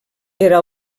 era